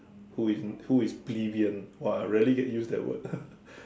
who is who is plebeian !wah! I rarely can use that word